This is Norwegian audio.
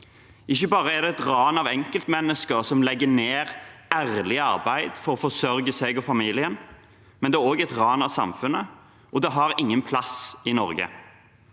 Ikke bare er det et ran av enkeltmennesker som legger ned ærlig arbeid for å forsørge seg og familien, men det er også et ran av samfunnet, og det har ingen plass i Norge.